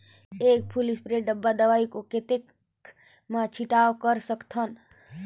एक full spray डब्बा दवाई को कतेक म छिड़काव कर सकथन?